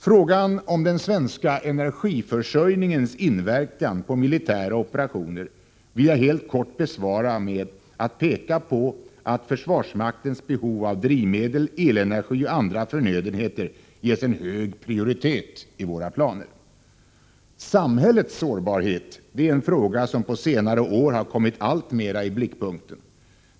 Frågan om den svenska energiförsörjningens inverkan på militära operationer vill jag helt kort besvara med att peka på att försvarsmaktens behov av drivmedel, elenergi och andra förnödenheter ges en hög prioritet i våra planer. Samhällets sårbarhet är en fråga som på senare år har kommit alltmera i blickpunkten.